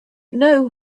know